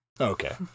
Okay